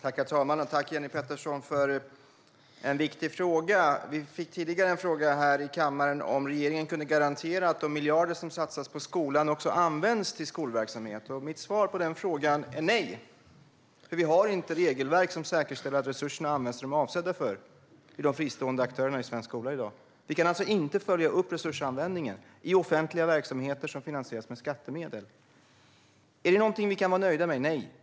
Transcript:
Herr talman! Tack, Jenny Petersson, för en viktig fråga! Vi fick tidigare här i kammaren en fråga om regeringen kunde garantera att de miljarder som satsas på skolan också används till skolverksamhet. Mitt svar på den frågan är nej. Vi har i dag inget regelverk som säkerställer att resurserna används till det som de är avsedda för hos de fristående aktörerna i svensk skola. Vi kan alltså inte följa upp resursanvändningen i offentliga verksamheter som finansieras med skattemedel. Är det någonting vi kan vara nöjda med? Nej!